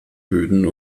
böden